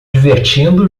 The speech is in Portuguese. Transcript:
divertindo